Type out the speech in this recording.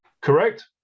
correct